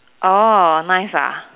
orh nice ah